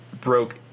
broke